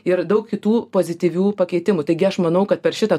ir daug kitų pozityvių pakeitimų taigi aš manau kad per šitą